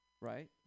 right